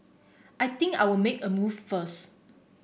I think I'll make a move first